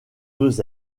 deux